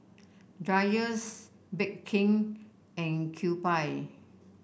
Dreyers Bake King and Kewpie